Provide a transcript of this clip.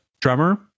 drummer